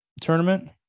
tournament